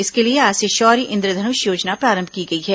इसके लिए आज से शौर्य इन्द्रधनुष योजना प्रारंभ की गई है